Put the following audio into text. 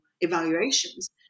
evaluations